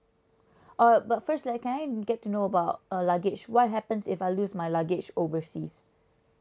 uh but first can I get to know about uh uh luggage what happens if I lose my luggage overseas